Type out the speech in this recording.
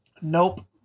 Nope